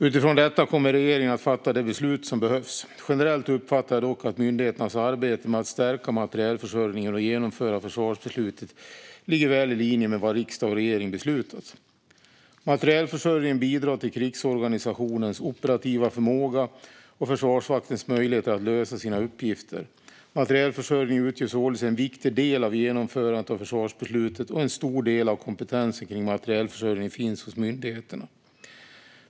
Utifrån detta kommer regeringen att fatta de beslut som behövs. Generellt uppfattar jag dock att myndigheternas arbete med att stärka materielförsörjningen och genomföra försvarsbeslutet ligger väl i linje med vad riksdagen och regeringen beslutat. Materielförsörjningen bidrar till krigsorganisationens operativa förmåga och Försvarsmaktens möjligheter att lösa sina uppgifter. Materielförsörjningen utgör således en viktig del av genomförandet av försvarsbeslutet, och en stor del av kompetensen kring materielförsörjningen finns hos myndigheterna.